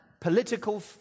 political